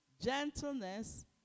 gentleness